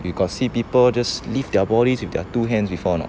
you got see people just lift their bodies with their two hands before or not